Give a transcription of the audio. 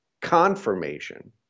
confirmation